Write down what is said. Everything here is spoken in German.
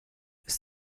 ist